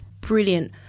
Brilliant